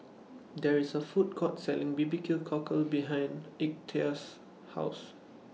There IS A Food Court Selling B B Q Cockle behind Ignatius' House